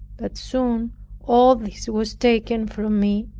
but soon all this was taken from me,